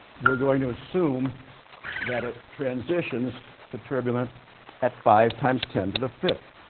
we're going to assume that it transitions to turbulent at five times ten to the fifth,